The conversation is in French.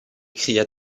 cria